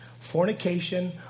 fornication